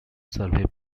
survey